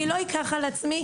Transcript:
אני לא אקח על עצמי,